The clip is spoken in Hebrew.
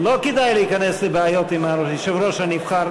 לא כדאי להיכנס לבעיות עם היושב-ראש הנבחר.